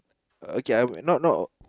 okay I'm not not